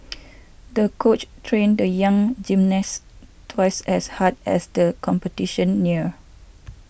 the coach trained the young gymnast twice as hard as the competition neared